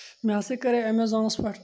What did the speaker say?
مےٚ ہَسا کَرے ایٚمیزانَس پٮ۪ٹھ